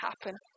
happen